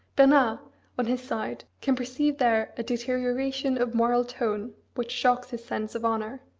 bernard, on his side, can perceive there a deterioration of moral tone which shocks his sense of honour.